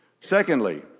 Secondly